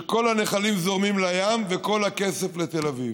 שכל הנחלים זורמים אל הים, וכל הכסף, לתל אביב.